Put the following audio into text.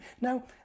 Now